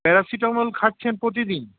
paracetamol খাচ্ছেন প্রতিদিন